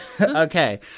Okay